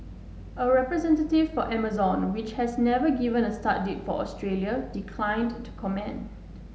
a representative for Amazon which has never given a start date for Australia declined to comment